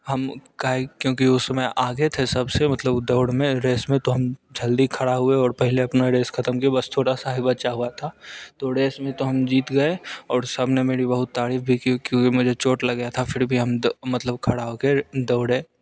हम क्योंकि उसमें आगे थे सबसे मतलब दौड़ में रेस में तो हम जल्दी खड़ा हुए और पहले अपना रेस ख़त्म की बस थोड़ा सा बचा हुआ था तो रेस में तो हम जीत गए और सामने मेरी बहुत तारीफ भी की क्योंकि मुझे चोट लग गया था फिर भी हम मतलब खड़ा हो कर दौड़े